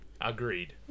Agreed